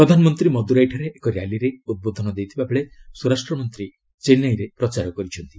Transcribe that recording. ପ୍ରଧାନମନ୍ତ୍ରୀ ମଦୁରାଇଠାରେ ଏକ ର୍ୟାଲିରେ ଉଦ୍ବୋଧନ ଦେଇଥିବାବେଳେ ସ୍ୱରାଷ୍ଟ୍ରମନ୍ତ୍ରୀ ଚେନ୍ନାଇରେ ପ୍ରଚାର କରିଛନ୍ତି